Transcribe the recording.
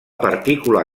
partícula